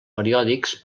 periòdics